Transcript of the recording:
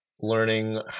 learning